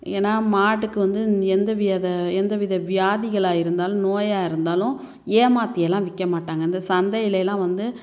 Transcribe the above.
ஏன்னால் மாட்டுக்கு வந்து எந்த வித எந்த வித வியாதிகளாக இருந்தாலும் நோயாக இருந்தாலும் ஏமாற்றியெல்லாம் விற்க மாட்டாங்க இந்த சந்தையிலேயெல்லாம் வந்து